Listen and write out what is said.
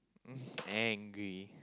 angry